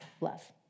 love